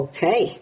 Okay